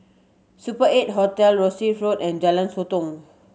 Super Eight Hotel Rosyth Road and Jalan Sotong